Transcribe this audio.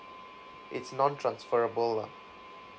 it's non transferrable lah